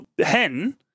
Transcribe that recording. hen